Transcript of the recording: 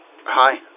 hi